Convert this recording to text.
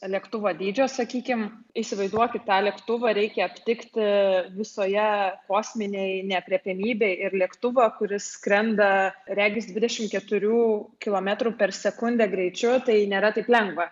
lėktuvo dydžio sakykim įsivaizduokit tą lėktuvą reikia aptikti visoje kosminėj neaprėpiamybėj ir lėktuvą kuris skrenda regis dvidešim keturių kilometrų per sekundę greičiu tai nėra taip lengva